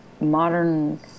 modern